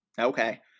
okay